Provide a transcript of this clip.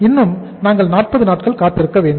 இன்னும் நாங்கள் 40 நாட்கள் காத்திருக்க வேண்டும்